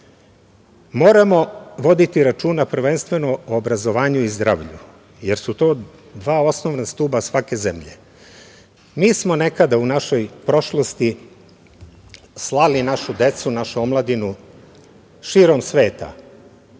Moramo voditi računa prvenstveno o obrazovanju i zdravlju, jer su to dva osnovna stuba svake zemlje. Mi smo nekada u našoj prošlosti slali našu decu, našu omladinu, širom sveta